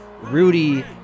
Rudy